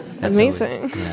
Amazing